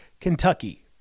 Kentucky